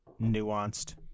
nuanced